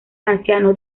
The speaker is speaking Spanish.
ancianos